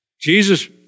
Jesus